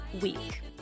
week